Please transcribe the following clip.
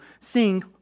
sing